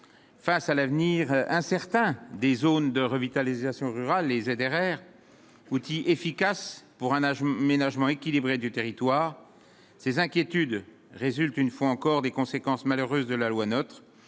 face à l'avenir incertain des zones de revitalisation rurale les ZRR outil efficace pour un âge même aménagement équilibré du territoire ces inquiétudes résulte une fois encore des conséquences malheureuses de la loi neutre